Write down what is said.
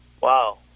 Wow